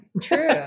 true